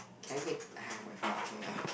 can I go and !aiya! whatever lah okay ya